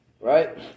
Right